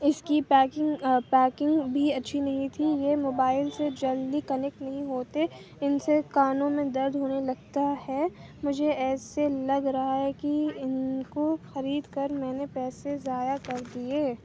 اِس کی پیکنگ آ پیکنگ بھی اچھی نہیں تھی یہ موبائل سے جلدی کنیکٹ نہیں ہوتے اِن سے کانوں میں درد ہونے لگتا ہے مجھے ایسے لگ رہا ہے کہ اِن کو خرید کر میں نے پیسے ضائع کر دیے